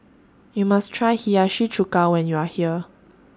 YOU must Try Hiyashi Chuka when YOU Are here